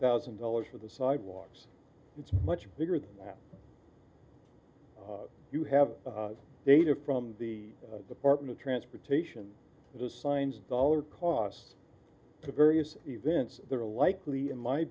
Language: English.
thousand dollars for the sidewalks it's much bigger than that you have data from the department of transportation the signs dollar cost to various events that are likely in my